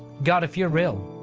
god, if you're real,